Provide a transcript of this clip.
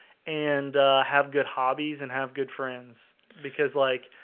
and have good hobbies and have good friends because like,